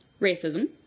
racism